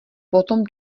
potom